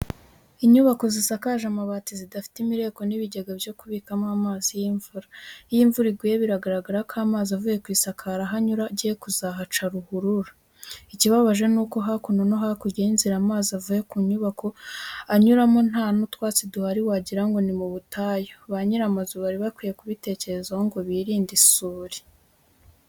Inyubako zisakaje amabati zidafite imireko n'ibigega byo kubikamo amazi y'imvura. Iyo imvura iguye biragaragara ko amazi avuye ku isakaro aho anyura agiye kuzahaca ruhurura. Ikibabaje ni uko hakuno no hakurya y'inzira amazi avuye ku nyubako anyuramo nta n'utwatsi duhari wagira ngo ni mu butayu. Ba nyiri amazu bari bakwiye kubitekerezaho ngo birinde isuri.